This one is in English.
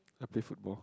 I play football